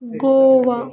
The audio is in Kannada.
ಗೋವಾ